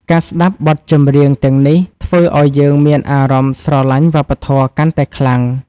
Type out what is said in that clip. ការស្ដាប់បទចម្រៀងទាំងនេះ ធ្វើឱ្យយើងមានអារម្មណ៍ស្រឡាញ់វប្បធម៌កាន់តែខ្លាំង។